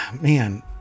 man